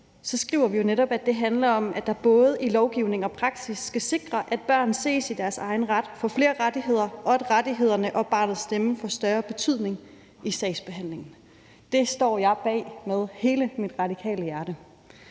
– skriver vi jo netop, at det handler om, at det både i lovgivningen og i praksis skal sikres, at børn ses i deres egen ret, at de får flere rettigheder, og at rettighederne og barnets stemme får større betydning i sagsbehandlingen. Det står jeg bag med hele mit radikale hjerte.